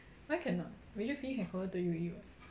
why cannot major P_E can convert to U_E [what]